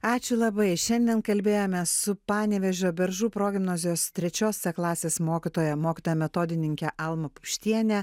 ačiū labai šiandien kalbėjomės su panevėžio beržų progimnazijos trečios c klasės mokytoja mokytoja metodininke alma puštiene